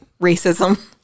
racism